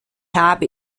habe